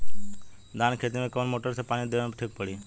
धान के खेती मे कवन मोटर से पानी देवे मे ठीक पड़ी?